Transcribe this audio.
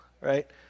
Right